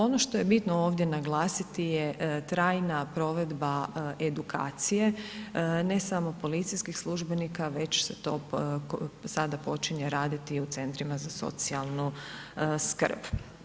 Ono što je bitno ovdje naglasiti je trajna provedba edukacije ne samo policijskih službenika, već se to sada počinje raditi i u centrima za socijalnu skrb.